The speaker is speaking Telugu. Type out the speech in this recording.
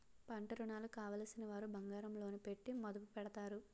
పంటరుణాలు కావలసినవారు బంగారం లోను పెట్టి మదుపు పెడతారు